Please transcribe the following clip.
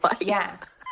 yes